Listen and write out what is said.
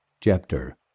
Chapter